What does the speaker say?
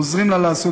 עוזרים לה לעשות,